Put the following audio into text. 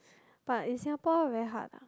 but in Singapore very hard lah